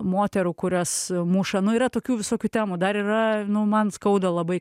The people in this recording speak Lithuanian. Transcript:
moterų kurias muša nu yra tokių visokių temų dar yra man skauda labai